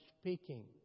speaking